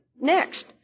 next